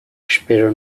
espero